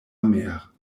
mère